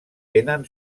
tenen